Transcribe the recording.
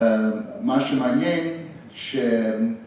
מה שמעניין ש...